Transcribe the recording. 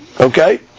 Okay